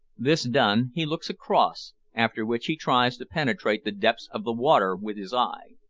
this done, he looks across, after which he tries to penetrate the depths of the water with his eye.